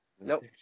Nope